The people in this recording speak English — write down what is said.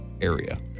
area